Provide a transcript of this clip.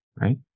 right